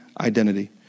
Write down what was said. identity